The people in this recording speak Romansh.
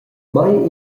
mei